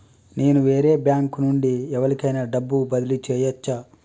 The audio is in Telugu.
నేను వేరే బ్యాంకు నుండి ఎవలికైనా డబ్బు బదిలీ చేయచ్చా?